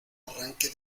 arranque